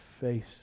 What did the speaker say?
face